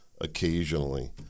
occasionally